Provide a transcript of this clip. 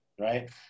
right